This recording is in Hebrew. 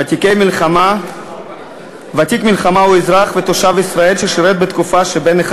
ותיק מלחמה הוא אזרח ותושב ישראל ששירת בתקופה שבין 1